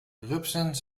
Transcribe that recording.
rupsen